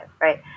right